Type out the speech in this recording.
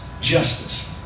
justice